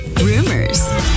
Rumors